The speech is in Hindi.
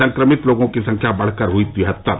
संक्रमित लोगों की संख्या बढकर हुई तिहत्तर